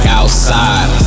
outside